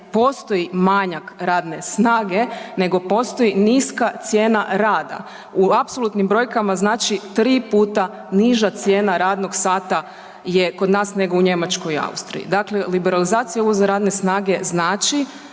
postoji manjak radne snage nego postoji niska cijena rada. U apsolutnim brojkama znači 3 puta niža cijena radnog sata je kod nas nego u Njemačkoj i Austriji. Dakle liberalizacija uvoza radne snage znači